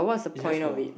it's very small